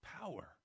power